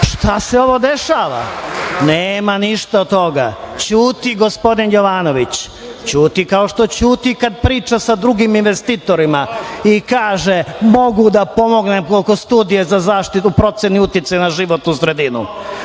šta se ovo dešava? Nema ništa od toga. Ćuti gospodin Jovanović. Ćuti, kao što ćuti kad priča sa drugim investitorima i kaže - mogu da pomognem koliko studije za zaštitu procene uticaja na životnu sredinu.